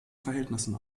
verhältnissen